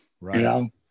right